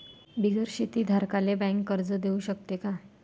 बिगर शेती धारकाले बँक कर्ज देऊ शकते का?